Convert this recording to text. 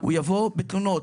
הוא יבוא בתלונות.